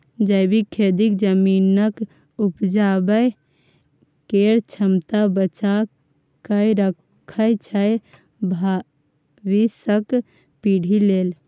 जैबिक खेती जमीनक उपजाबै केर क्षमता बचा कए राखय छै भबिसक पीढ़ी लेल